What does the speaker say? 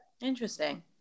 Interesting